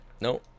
no